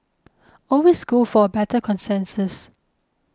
always go for a better consensus